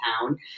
town